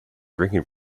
drinking